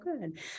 good